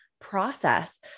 process